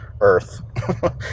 Earth